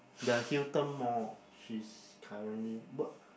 the Hillion Mall she's currently but